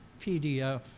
PDF